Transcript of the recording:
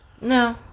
No